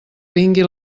vingui